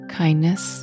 kindness